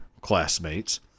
classmates